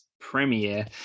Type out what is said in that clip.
premiere